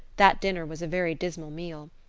that dinner was a very dismal meal.